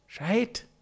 Right